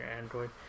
Android